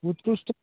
उत्कृष्ट